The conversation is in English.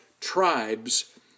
tribes